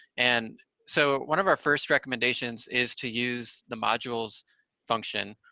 and so one of our first recommendations is to use the modules function.